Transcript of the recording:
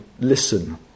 listen